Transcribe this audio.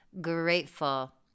grateful